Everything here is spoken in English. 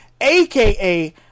aka